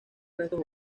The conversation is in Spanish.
restos